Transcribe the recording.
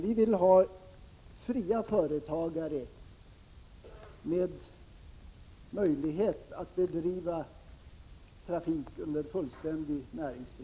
Vi vill ha fria företagare som har möjlighet att bedriva trafik under fullständig näringsfrihet.